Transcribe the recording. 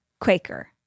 Quaker